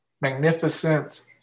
magnificent